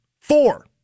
Four